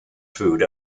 food